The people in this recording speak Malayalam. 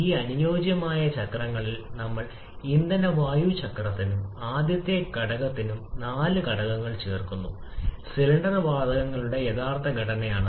ഈ അനുയോജ്യമായ ചക്രങ്ങളിൽ നമ്മൾ ഇന്ധന വായു ചക്രത്തിനും ആദ്യത്തെ ഘടകത്തിനും നാല് ഘടകങ്ങൾ ചേർക്കുന്നു സിലിണ്ടർ വാതകങ്ങളുടെ യഥാർത്ഥ ഘടനയാണ്